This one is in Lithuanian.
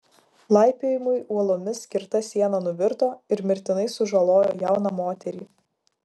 laipiojimui uolomis skirta siena nuvirto ir mirtinai sužalojo jauną moterį